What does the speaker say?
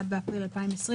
1 באפריל 2020,